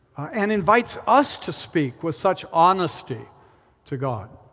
and invites us to speak with such honesty to god.